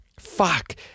Fuck